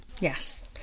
Yes